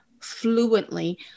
fluently